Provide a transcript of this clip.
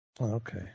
Okay